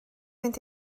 mynd